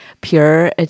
pure